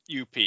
UP